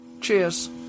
Cheers